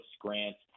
grants